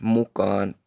mukaan